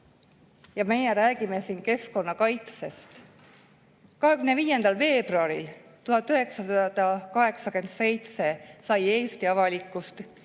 aga meie räägime siin keskkonnakaitsest. 25. veebruaril 1987 sai Eesti avalikkus